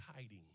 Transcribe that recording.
hiding